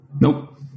Nope